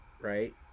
right